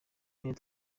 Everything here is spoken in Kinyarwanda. n’ayo